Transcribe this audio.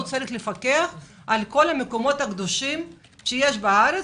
הוא צריך לפקח על כל המקומות הקדושים שיש בארץ,